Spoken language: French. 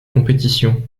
compétitions